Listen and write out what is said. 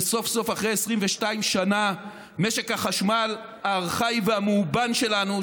וסוף-סוף אחרי 22 שנה משק החשמל הארכאי והמאובן שלנו,